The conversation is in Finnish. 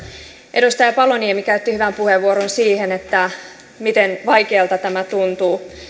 edustaja paloniemi käytti hyvän puheenvuoron siitä miten vaikealta tämä tuntuu